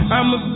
I'ma